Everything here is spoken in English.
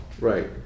Right